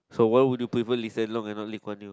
so why will you prefer Lee-Hsien-Loong and not Lee-Kuan-Yew